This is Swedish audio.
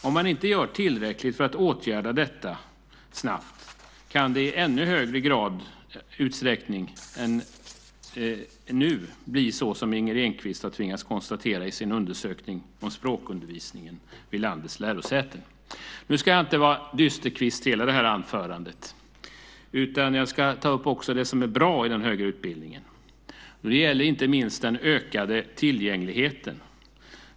Om man inte gör tillräckligt för att åtgärda detta snabbt kan det i ännu större utsträckning än nu bli så som Inger Enkvist har tvingats konstatera i sin undersökning om språkundervisningen vid landets lärosäten. Nu ska jag inte vara dysterkvist i hela anförandet, utan jag ska också ta upp det som är bra i den högre utbildningen. Det gäller inte minst den ökade tillgängligheten.